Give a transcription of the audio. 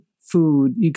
food